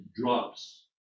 drops